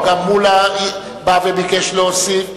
גם מולה בא וביקש להוסיף.